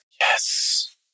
Yes